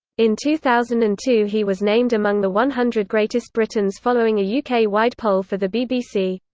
in two thousand and two he was named among the one hundred greatest britons following a uk-wide poll for the bbc.